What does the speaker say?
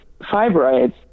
fibroids